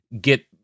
get